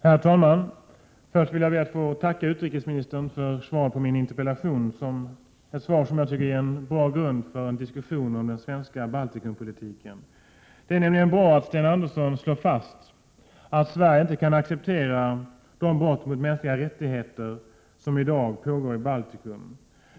Herr talman! Först ber jag att få tacka utrikesministern för svaret på min interpellation — ett svar som ger en bra grund för en diskussion om den svenska Baltikumpolitiken. Det är nämligen bra att Sten Andersson slår fast att Sverige inte kan acceptera de brott mot mänskliga rättigheter som i dag pågår i Baltikum.